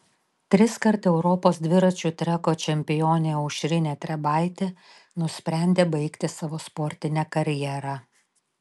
triskart europos dviračių treko čempionė aušrinė trebaitė nusprendė baigti savo sportinę karjerą